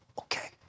Okay